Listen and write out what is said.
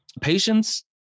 Patience